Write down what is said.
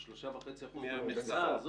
זה 3.5% מהמכסה.